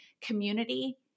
community